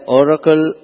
oracle